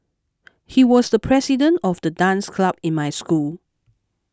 he was the president of the dance club in my school